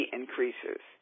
increases